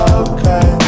okay